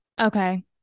Okay